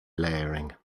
layering